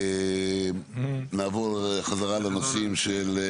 נעבור חזרה לנושאים של.